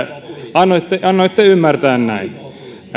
annoitte annoitte ymmärtää näin